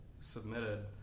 submitted